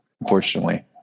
Unfortunately